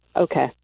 Okay